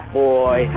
boy